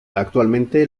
actualmente